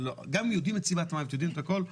גם אם יודעים את סיבת המוות ויודעים את הכל,